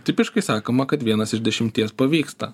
tipiškai sakoma kad vienas iš dešimties pavyksta